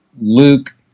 Luke